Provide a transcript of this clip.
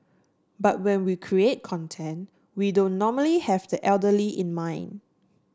but when we create content we don't normally have the elderly in mind